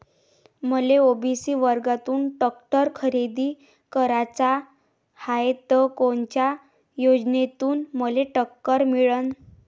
मले ओ.बी.सी वर्गातून टॅक्टर खरेदी कराचा हाये त कोनच्या योजनेतून मले टॅक्टर मिळन?